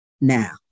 now